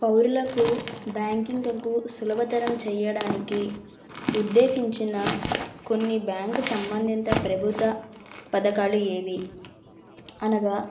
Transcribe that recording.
పౌరులకు బ్యాంకింగ్కు సులభతరం చెయ్యడానికి నిర్దేశించిన కొన్ని బ్యాంక్ సంబంధిత ప్రభుత్వ పథకాలు ఏవి అనగా